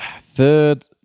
Third